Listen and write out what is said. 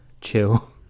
chill